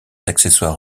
accessoires